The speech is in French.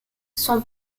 son